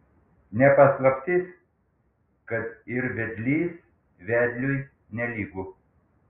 ne paslaptis kad ir vedlys vedliui nelygu